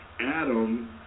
Adam